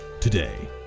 today